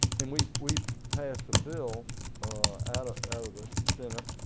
and we we passed a bill out ah out of the senate